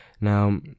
Now